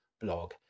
blog